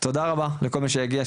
תודה רבה לכל מי שהגיע,